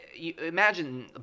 imagine